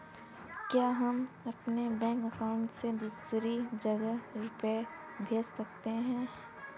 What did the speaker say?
क्या हम अपने बैंक अकाउंट से दूसरी जगह रुपये भेज सकते हैं?